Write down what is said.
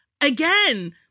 again